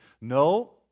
no